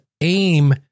aim